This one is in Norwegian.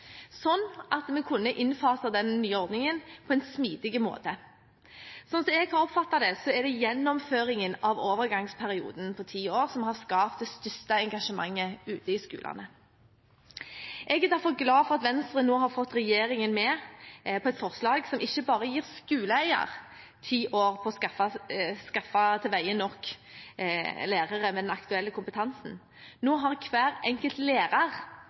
at vi kunne innfase den nye ordningen på en smidig måte. Slik jeg har oppfattet det, er det gjennomføringen av overgangsperioden på ti år som har skapt det største engasjementet ute i skolene. Jeg er derfor glad for at Venstre nå har fått regjeringen med på et forslag som ikke bare gir skoleeier ti år på å skaffe til veie nok lærere med den aktuelle kompetansen, nå har hver enkelt lærer